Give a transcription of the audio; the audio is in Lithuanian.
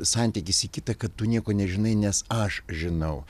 santykis į kitą kad tu nieko nežinai nes aš žinau